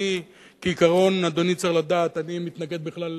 אני, כעיקרון, אדוני צריך לדעת, אני מתנגד בכלל.